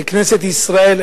ככנסת ישראל,